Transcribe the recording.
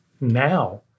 now